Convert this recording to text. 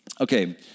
Okay